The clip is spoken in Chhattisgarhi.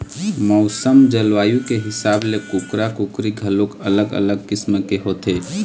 मउसम, जलवायु के हिसाब ले कुकरा, कुकरी घलोक अलग अलग किसम के होथे